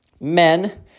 Men